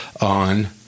on